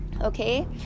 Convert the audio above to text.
okay